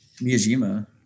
Miyajima